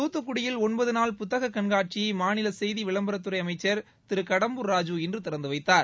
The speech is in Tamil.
துத்துக்குடியில் ஒன்பது நாள் புத்தகக் கண்காட்சியை மாநில செய்தி விளம்பரத்துறை அமைச்சா் திரு கடம்பூர் ராஜு இன்று திறந்து வைத்தார்